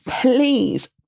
Please